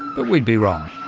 but we'd be wrong.